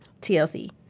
TLC